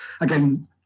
again